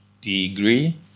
degree